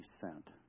sent